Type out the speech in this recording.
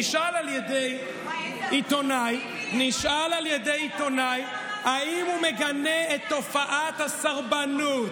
נשאל על ידי עיתונאי אם הוא מגנה את תופעת הסרבנות,